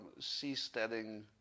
seasteading